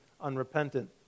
unrepentant